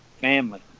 family